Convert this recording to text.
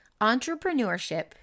Entrepreneurship